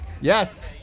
Yes